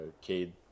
Cade